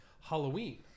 Halloween